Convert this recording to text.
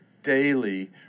daily